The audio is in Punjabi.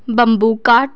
ਬੰਬੂ ਕਾਰਟ